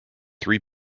three